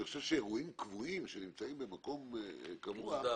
אני חושב שאירועים קבועים שנמצאים במקום קבוע,